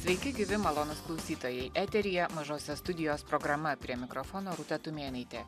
sveiki gyvi malonūs klausytojai eteryje mažosios studijos programa prie mikrofono rūta tumėnaitė